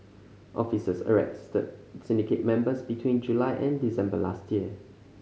officers arrested syndicate members between July and December last year